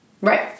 Right